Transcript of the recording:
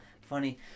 funny